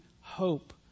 hope